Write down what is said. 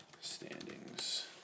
Standings